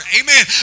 Amen